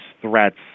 threats